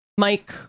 Mike